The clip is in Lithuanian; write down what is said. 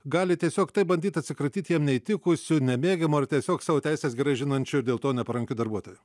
gali tiesiog taip bandyt atsikratyt jam neįtikusiu nemėgiamu ar tiesiog savo teises gerai žinančiu ir dėl to neparankiu darbuotoju